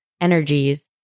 energies